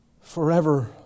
forever